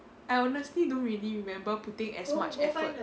I honestly don't really remember putting as much effort